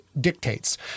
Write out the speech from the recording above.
dictates